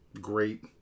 great